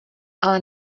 ale